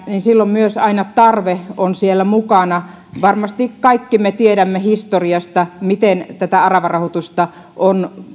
niin silloin aina myös tarve on siellä mukana varmasti kaikki me tiedämme historiasta miten tätä aravarahoitusta on